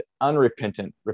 unrepentant